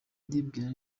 ndibwira